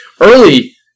early